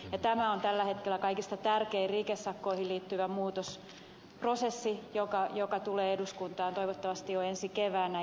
tämä on tällä hetkellä kaikista tärkein rikesakkoihin liittyvä muutosprosessi joka tulee eduskuntaan toivottavasti jo ensi keväänä